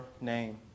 name